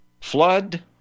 Flood